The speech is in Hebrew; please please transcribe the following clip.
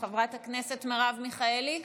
חברת הכנסת מרב מיכאלי,